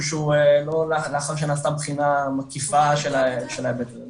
שהוא לא לאחר שנעשתה בחינה מקיפה של ההיבט הזה,